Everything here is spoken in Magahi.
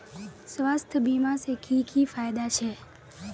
स्वास्थ्य बीमा से की की फायदा छे?